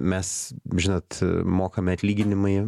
mes žinot mokami atlyginimai